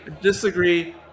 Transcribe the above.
Disagree